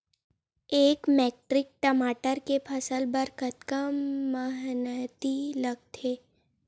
एक मैट्रिक टमाटर के फसल बर कतका मेहनती लगथे?